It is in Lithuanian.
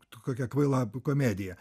kokia kvaila komedija